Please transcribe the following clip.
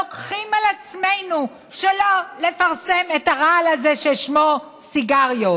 לוקחים על עצמנו שלא לפרסם את הרעל הזה ששמו סיגריות.